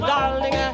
Darling